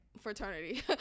fraternity